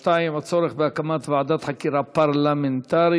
בנושא: הצורך בהקמת ועדת חקירה פרלמנטרית